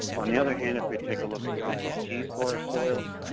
on the other hand, if we take a look at compost teas for our soils.